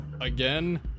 again